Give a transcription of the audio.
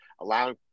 allowing